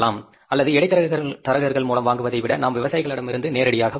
அல்லது இடைத்தரகர்கள் மூலம் வாங்குவதை விட நாம் விவசாயிகளிடமிருந்து நேரடியாக வாங்கலாம்